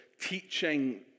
teaching